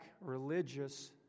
religious